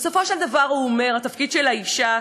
בסופו של דבר הוא אומר: התפקיד של האישה